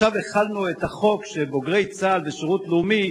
עכשיו החלנו את החוק שבוגרי צה"ל ושירות לאומי